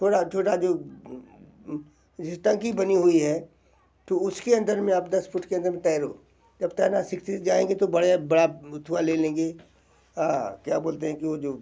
थोड़ा छोटा जो जो टंकी बनी हुई है तो उसके अंदर में आप दस फुट के अंदर में तैरो जब तैरना सीख सीख जाएंगे तो बड़े बड़ा थोआ ले लेंगे क्या बोलते हैं कि वो जो